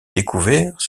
découverts